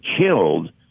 killed